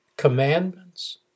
Commandments